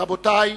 רבותי,